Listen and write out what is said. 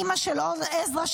אימא של אור עזרא,